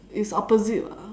it's opposite lah